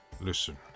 Listen